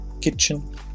kitchen